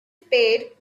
spade